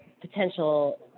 potential